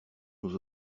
nous